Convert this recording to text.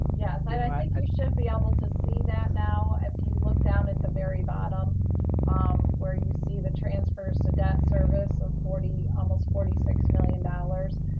yeah i mean should be able to see that now, if you look down at the very bottom um where you see the transfers to debt service are forty, almost forty six million dollars.